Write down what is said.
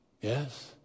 Yes